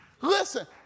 Listen